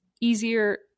easier